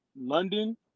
London